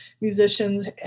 musicians